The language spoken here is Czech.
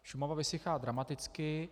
Šumava vysychá dramaticky.